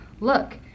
Look